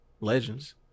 Legends